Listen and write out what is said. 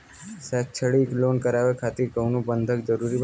शैक्षणिक लोन करावे खातिर कउनो बंधक जरूरी बा?